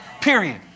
Period